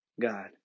God